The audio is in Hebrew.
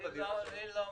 אותי לא מעניין.